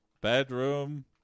bedroom